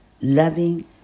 loving